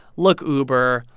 look, uber,